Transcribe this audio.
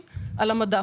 המדף.